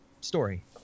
story